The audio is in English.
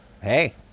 Hey